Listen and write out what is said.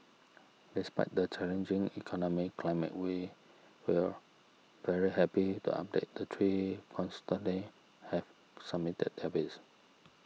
despite the challenging economic climate we will very happy to update that three consortia have submitted their bids